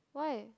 why